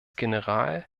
general